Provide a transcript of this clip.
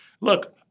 Look